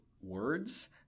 words